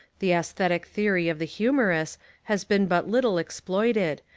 the esthetic theory of the humorous has been but little exploited,